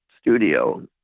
studio